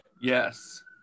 Yes